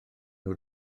nhw